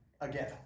again